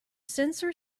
sensor